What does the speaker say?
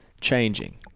changing